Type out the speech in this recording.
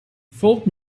folk